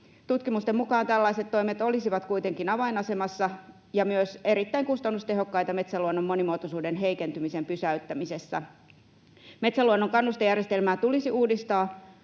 Tutkimusten mukaan tällaiset toimet olisivat kuitenkin avainasemassa ja myös erittäin kustannustehokkaita metsäluonnon monimuotoisuuden heikentymisen pysäyttämisessä. Metsätalouden kannustejärjestelmää tulisi uudistaa